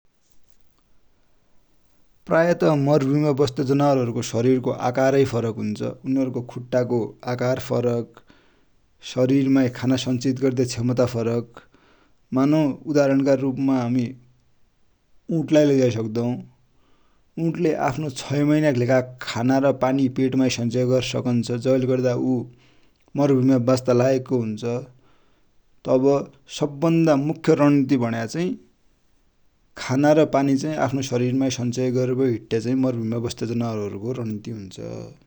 प्राय त मरुभुमि माइ बस्ने जनावर को सरिर को आकार नै फरक हुन्छ । उनिहरु को खुट्टा को आकारै फरक, सरिर माइ खाना सन्चित गर्ने क्षमता फरक, मानौ उदाहरण का रुप मै हमि उट लाइ लैझाइ सक्दौ । उट ले आफ्नो छ महिना कि लेखा खाना र पानि सन्चय गरि सकन्छ जै ले गर्दा उ मरभुमि माइ बच्ता लायक को हुन्छ । तब सबभन्दा मुख्य रणनिति भन्या चाइ खाना र पानि चाइ आफ्ना सरिर माइ सन्चय गरबटी हिट्या रणनिति हुन्छ ।